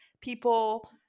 people